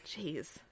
Jeez